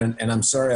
אני מצטער,